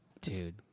dude